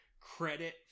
credit